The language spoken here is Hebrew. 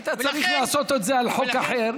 היית צריך לעשות את זה על חוק אחר,